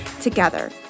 together